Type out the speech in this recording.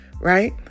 right